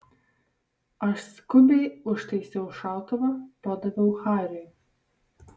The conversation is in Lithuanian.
aš skubiai užtaisiau šautuvą padaviau hariui